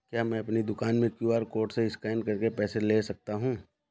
क्या मैं अपनी दुकान में क्यू.आर कोड से स्कैन करके पैसे ले सकता हूँ?